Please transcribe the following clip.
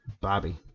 Bobby